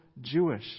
Jewish